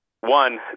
One